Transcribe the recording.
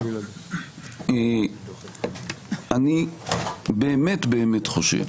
אני באמת באמת חושב